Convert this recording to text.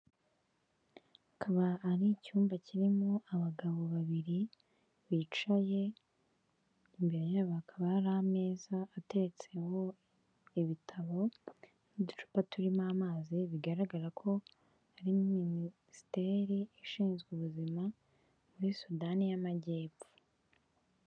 Akaba ari icyumba kirimo abagabo babiri bicaye, imbere yabo hakaba hari ameza ateretseho ibitabo n'uducupa turimo amazi, bigaragara ko ari minisiteri ishinzwe ubuzima muri Sudani y'amajyepfo.